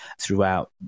throughout